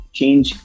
change